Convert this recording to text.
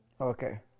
Okay